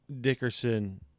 Dickerson